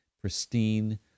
pristine